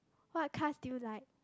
what cars do you like